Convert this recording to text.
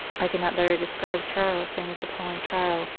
i cannot better describe charles during this appalling trial,